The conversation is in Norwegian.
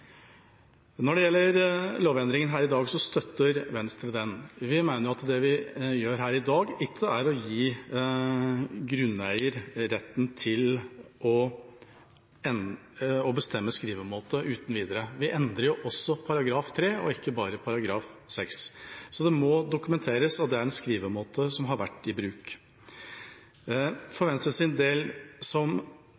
Når det gjelder lovendringa her i dag, så støtter Venstre den. Vi mener at det vi gjør her i dag, ikke er å gi grunneier retten til å bestemme skrivemåte uten videre. Vi endrer jo også § 3 og ikke bare § 6. Det må dokumenteres at det er en skrivemåte som har vært i bruk. For Venstre,